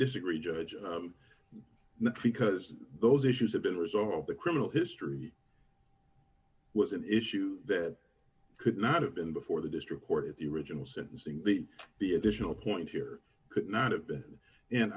disagree judge not because those issues have been resolved the criminal history was an issue that could not have been before the district court at the original sentencing the the additional point here could not have been and